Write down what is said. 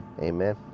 Amen